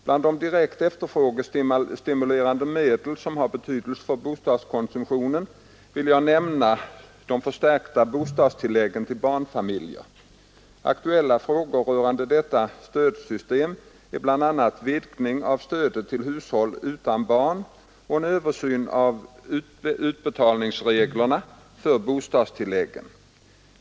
Bland de direkt efterfrågestimulerande medel som har betydelse för bostadskonsumtionen vill jag nämna de förstärkta bostadstilläggen till barnfamiljer. Aktuella frågor rörande detta stödsystem är bl.a. vidgning av stödet till hushåll utan barn och en översyn av utbetalningsreglerna för bostadstilläggen.